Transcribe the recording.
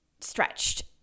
stretched